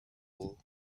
wall